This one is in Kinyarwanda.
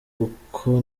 kuko